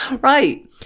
right